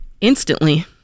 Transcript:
Instantly